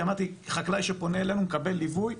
כי אמרתי חקלאי שפונה אלינו מקבל ליווי,